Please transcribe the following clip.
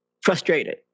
frustrated